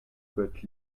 but